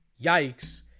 Yikes